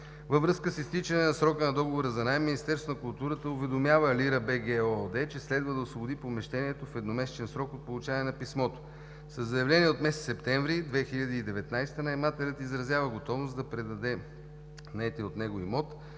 Във връзка с изтичане на срока на договора за наем Министерството на културата уведомява Lira.BG ООД, че следва да освободи помещението в едномесечен срок от получаване на писмото. Със заявление от месец септември 2019 г. наемателят изразява готовност да предаде наетия от него имот